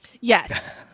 Yes